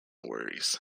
worries